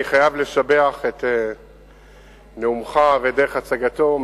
אני חייב לשבח את נאומך ואת דרך הצגתו,